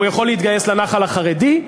הוא יכול להתגייס לנח"ל החרדי,